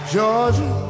Georgia